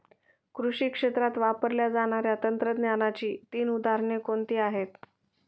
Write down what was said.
कृषी क्षेत्रात वापरल्या जाणाऱ्या तंत्रज्ञानाची तीन उदाहरणे कोणती आहेत?